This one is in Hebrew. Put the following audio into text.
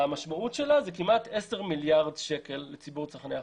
המשמעות שלה זה כמעט 10 מיליארד שקל לציבור צרכני החשמל.